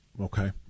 Okay